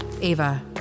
Ava